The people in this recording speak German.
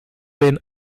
den